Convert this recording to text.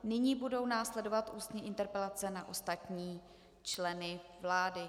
Nyní budou následovat ústní interpelace na ostatní členy vlády.